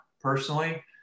personally